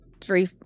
three